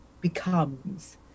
becomes